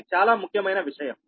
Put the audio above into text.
ఇది చాలా ముఖ్యమైన విషయం